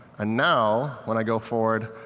and now when i go forward,